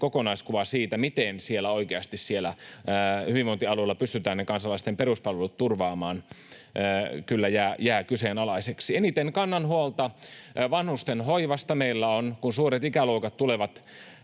kokonaiskuva siitä, miten siellä hyvinvointialueilla oikeasti pystytään ne kansalaisten peruspalvelut turvaamaan, kyllä jää kyseenalaiseksi. Eniten kannan huolta vanhustenhoivasta. Kun suuret ikäluokat tulevat